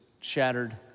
shattered